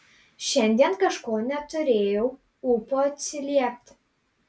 šiandien kažko neturėjau ūpo atsiliepti